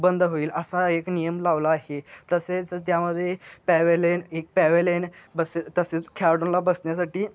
बंद होईल असा एक नियम लावला आहे तसेच त्यामध्ये पॅवेलेन एक पॅवेलेन बसेच तसेच खेळाडूंला बसण्यासाठी